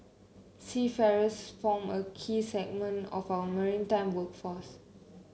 seafarers form a key segment of our maritime workforce